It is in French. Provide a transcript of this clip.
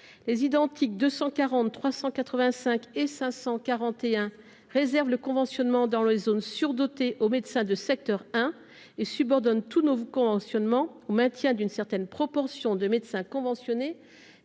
541 rectifié visent à réserver le conventionnement dans les zones surdotées aux médecins de secteur 1, et à subordonner tout nouveau conventionnement au maintien d'une certaine proportion de médecins conventionnés